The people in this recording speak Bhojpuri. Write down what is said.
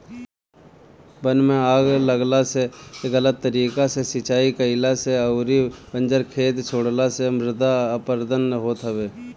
वन में आग लागला से, गलत तरीका से सिंचाई कईला से अउरी बंजर खेत छोड़ला से मृदा अपरदन होत हवे